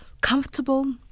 comfortable